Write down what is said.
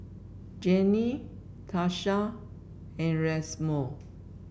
Jannie Tarsha and Erasmo